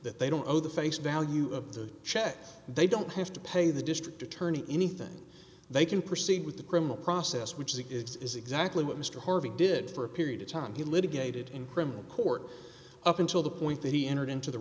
that they don't know the face value of the check they don't have to pay the district attorney anything they can proceed with the criminal process which is it is exactly what mr harvey did for a period of time he litigated in criminal court up until the point that he entered into the